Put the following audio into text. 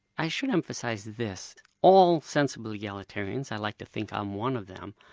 i should emphasise this. all sensible egalitarians, i like to think i'm one of them,